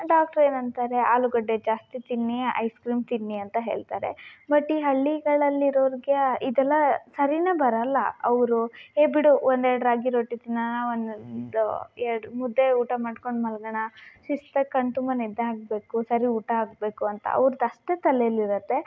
doctor ಏನಂತಾರೆ ಆಲುಗಡ್ಡೆ ಜಾಸ್ತಿ ತಿನ್ನಿ ಐಸ್ಕ್ರೀಮ್ ತಿನ್ನಿ ಅಂತ ಹೇಳ್ತಾರೆ ಬಟ್ ಈ ಹಳ್ಳಿಗಳಲ್ಲಿರೋರಿಗೆ ಇದೆಲ್ಲ ಸರಿನೇ ಬರಲ್ಲ ಅವರು ಹೇ ಬಿಡು ಒಂದೆರಡು ರಾಗಿ ರೊಟ್ಟಿ ತಿನ್ನೋಣ ಒಂದೊಂದು ಎರಡು ಮುದ್ದೆ ಊಟ ಮಾಡ್ಕೊಂಡು ಮಲ್ಗೋಣ ಶಿಸ್ತಾಗಿ ಕಣ್ಣ ತುಂಬ ನಿದ್ದೆ ಆಗಬೇಕು ಸರಿ ಊಟ ಆಗಬೇಕು ಅಂತ ಅವ್ರ್ದು ಅಷ್ಟೆ ತಲೆಲ್ಲಿರುತ್ತೆ